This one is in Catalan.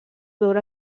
veure